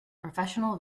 professional